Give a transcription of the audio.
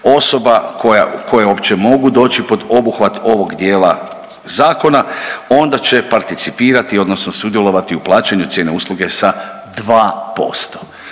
osoba koje uopće mogu doći pod obuhvat ovog dijela zakona onda će participirati, odnosno sudjelovati u plaćanju cijene usluge sa 2%.